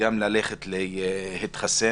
וגם ללכת להתחסן,